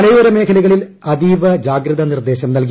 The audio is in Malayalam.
മലയോര മേഖലകളിൽ അതീവ ജാഗ്രതാ നിർദ്ദേശം നൽകി